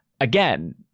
Again